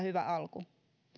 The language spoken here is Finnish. hyvä alku